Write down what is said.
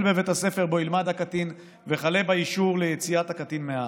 החל בבית הספר שבו ילמד הקטין וכלה באישור ליציאת הקטין מהארץ.